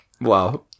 Wow